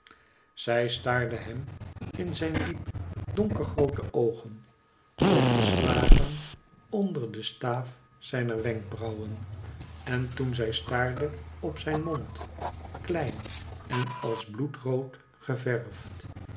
zij staarde hem in zijn diep donkere groote oogen opgeskgen onder den staaf zijner brauwen en toen zij staarde op zijn mond klein en als bloedrood geverfd